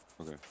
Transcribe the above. Okay